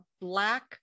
black